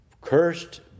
Cursed